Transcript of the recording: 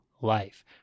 life